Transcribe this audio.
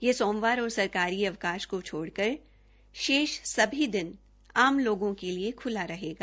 यह सोमवार और सरकारी अवकाश को छोड़कर शेष सभी दिन आम लोगों के लिए खुला रहेगा